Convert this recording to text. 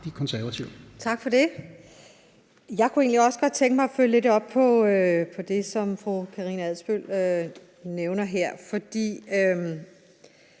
Bergman (KF): Tak for det. Jeg kunne egentlig også godt tænke mig at følge lidt op på det, som fru Karina Adsbøl nævner her. Jeg